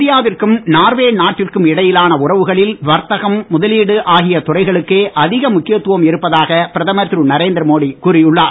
இந்தியாவிற்கும் நார்வே நாட்டிற்கும் இடையிலான உறவுகளில் வர்த்தகம் முதலீடு ஆகிய துறைகளுக்கே அதிக முக்கியத்துவம் இருப்பதாக பிரதமர் திரு நரேந்திரமோடி கூறியுள்ளார்